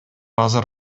азыр